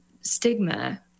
stigma